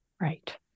Right